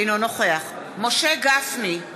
אינו נוכח משה גפני,